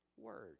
word